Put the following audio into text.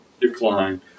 decline